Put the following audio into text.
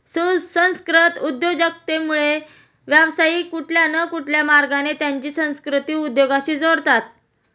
सांस्कृतिक उद्योजकतेमध्ये, व्यावसायिक कुठल्या न कुठल्या मार्गाने त्यांची संस्कृती उद्योगाशी जोडतात